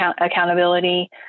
accountability